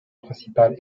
principal